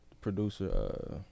producer